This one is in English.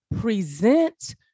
Present